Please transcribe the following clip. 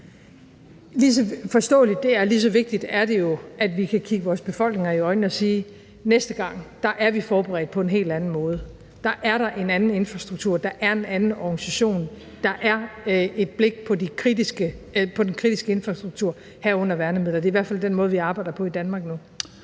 nærmest sammenligneligt – lige så vigtigt er det jo, at vi kan kigge vores befolkninger i øjnene og sige: Næste gang er vi forberedt på en hel anden måde; der er der en anden infrastruktur, der er en anden organisation, der er et blik på den kritiske infrastruktur, herunder værnemidler. Det er i hvert fald den måde, vi arbejder på i Danmark nu.